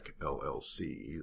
LLC